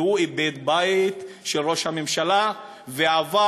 והוא איבד בית של ראש הממשלה ועבר,